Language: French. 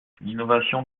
l’innovation